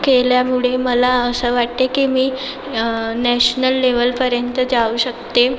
केल्यामुळे मला असं वाटते की मी नॅशनल लेवलपर्यंत जाऊ शकते